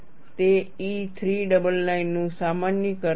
તે E 399 નું સામાન્યીકરણ છે